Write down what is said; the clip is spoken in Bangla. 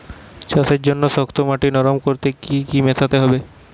চাষের জন্য শক্ত মাটি নরম করতে কি কি মেশাতে হবে?